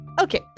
Okay